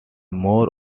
more